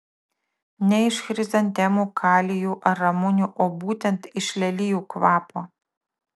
ne iš chrizantemų kalijų ar ramunių o būtent iš lelijų kvapo